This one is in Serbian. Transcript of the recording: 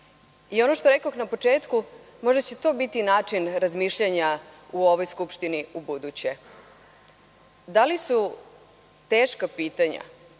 Kao što rekoh na početku, možda će to biti način razmišljanja u ovoj Skupštini ubuduće. Da li su teška pitanja